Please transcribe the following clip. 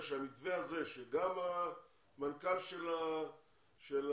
שהמתווה הזה שגם המנכ"ל של החברה,